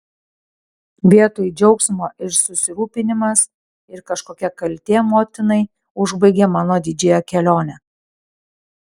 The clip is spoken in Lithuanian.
vietoj džiaugsmo ir susirūpinimas ir kažkokia kaltė motinai užbaigė mano didžiąją kelionę